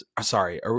sorry